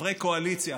חברי קואליציה,